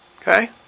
okay